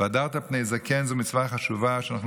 "והדרת פני זקן" זו מצווה חשובה שאנחנו